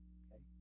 okay